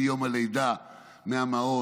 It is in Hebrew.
מיום הלידה עד המעון,